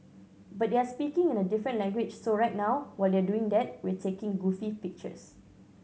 but they're speaking in a different language so right now while they're doing that we're taking goofy pictures